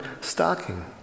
stocking